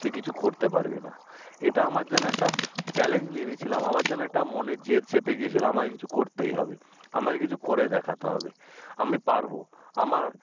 তুই কিছু করতে পারবি না এটা আমার যেন একটা চ্যালেঞ্জ নিয়ে নিয়েছিলাম আমার যেন একটা মনে জেদ চেপে গেছিল আমাকে কিছু করতেই হবে আমাকে কিছু করে দেখাতে হবে আমি পারবো আমার